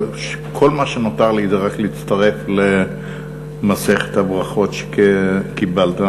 כל מה שנותר לי זה רק להצטרף למסכת הברכות שקיבלת.